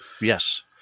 yes